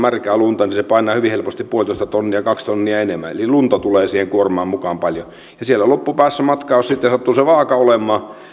märkää lunta hyvin helposti puolitoista kaksi tonnia enemmän eli lunta tulee siihen kuormaan mukaan paljon ja siellä loppupäässä matkaa jos sitten sattuu se vaaka olemaan